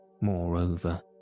moreover